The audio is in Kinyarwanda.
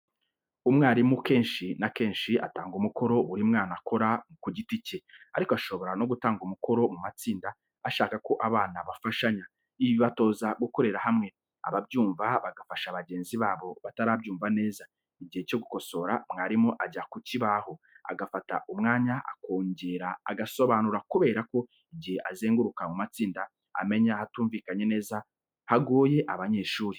Umwarimu kenshi na kenshi atanga umukoro buri mwana akora ku giti cye, ariko ashobora no gutanga umukoro mu matsinda ashaka ko abana bafashanya. Ibi bibatoza gukorera hamwe, ababyumva bagafasha bagenzi babo batarabyumva neza. Igihe cyo gukosora, mwarimu ajya ku kibaho, agafata umwanya akongera agasobanura kubera ko igihe azenguruka mu matsinda amenya ahatumvikanye neza hagoye abanyeshuri.